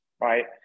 right